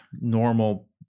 normal